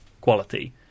quality